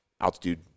altitude